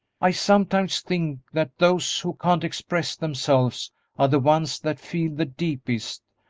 i sometimes think that those who can't express themselves are the ones that feel the deepest,